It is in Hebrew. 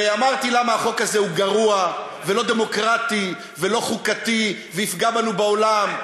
ואמרתי למה החוק הזה הוא גרוע ולא דמוקרטי ולא חוקתי ויפגע בנו בעולם.